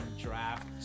draft